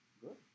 Good